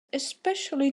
especially